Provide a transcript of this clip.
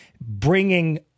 bringing